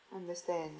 understand